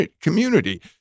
community